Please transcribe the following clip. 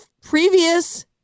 previous